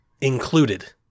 included